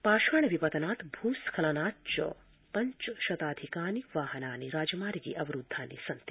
पाषाण विपतनात् भू स्खलनाच्च पञ्चशताधिकानि वाहनानि राजमार्गे अवरूद्धानि सन्ति